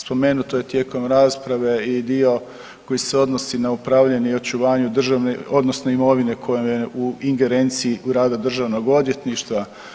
Spomenuto je tijekom rasprave i dio koji se odnosi na upravljanje i očuvanje državne odnosno imovine koja je u ingerenciji rada državnog odvjetništva.